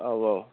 औ औ